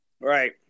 right